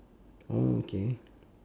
oh okay